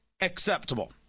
acceptable